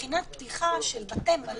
מבחינת פתיחה הארד קור של בתי מלון,